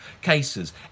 cases